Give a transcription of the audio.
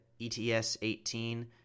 ets18